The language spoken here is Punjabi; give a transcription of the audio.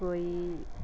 ਕੋਈ